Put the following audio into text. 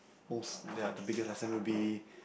most ya the biggest lesson would be